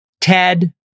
Ted